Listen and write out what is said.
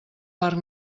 parc